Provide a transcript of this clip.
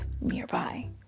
nearby